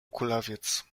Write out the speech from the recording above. kulawiec